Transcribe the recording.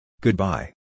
Goodbye